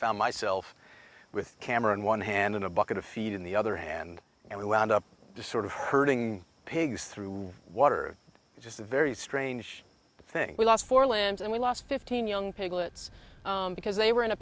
found myself with camera in one hand and a bucket of feed in the other hand and we wound up sort of herding pigs through water is just a very strange thing we lost four limbs and we lost fifteen young piglets because they were in a